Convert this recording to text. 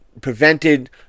prevented